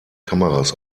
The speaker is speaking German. kameras